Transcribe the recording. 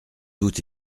doute